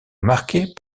marquées